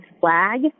flag